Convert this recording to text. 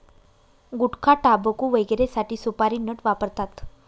गुटखाटाबकू वगैरेसाठी सुपारी नट वापरतात